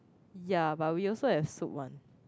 ya but we also have soup one